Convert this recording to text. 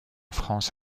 france